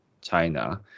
China